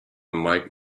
mike